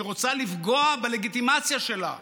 שרוצה לפגוע בלגיטימציה שלה,